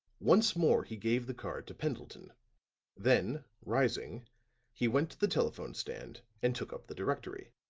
once more he gave the card to pendleton then rising he went to the telephone stand and took up the directory.